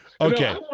Okay